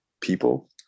people